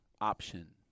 option